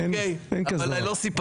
אין כזה דבר.